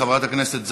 חברת הכנסת זנדברג,